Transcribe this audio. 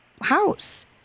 house